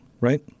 right